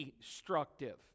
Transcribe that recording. destructive